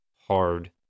hard